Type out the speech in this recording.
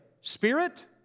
Spirit